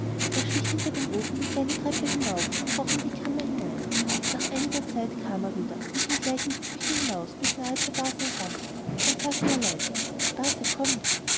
er schlich hinter dem ofen die kleine treppe hinauf und kroch in die kammer hinein nach einiger zeit kam er wieder und ging gleich in die küche hinaus und bis nahe zur base heran dann sagte er leise base kommt